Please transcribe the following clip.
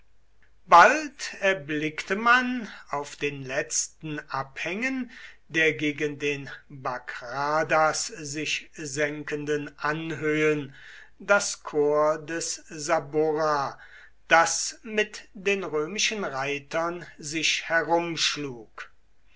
bald erblickte man auf den letzten abhängen der gegen den bagradas sich senkenden anhöhen das korps des saburra das mit den römischen reitern sich